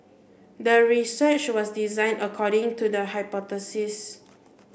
the research was designed according to the hypothesis